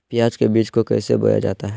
प्याज के बीज को कैसे बोया जाता है?